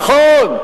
נכון.